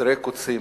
זרי קוצים.